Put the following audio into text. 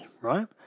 right